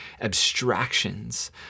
abstractions